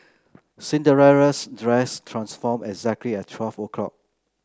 Cinderella's dress transformed exactly at twelve o'clock